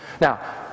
Now